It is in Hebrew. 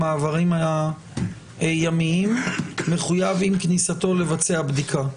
המעברים הימיים יחויב עם כניסתו לבצע בדיקה.